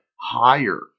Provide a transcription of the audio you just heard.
higher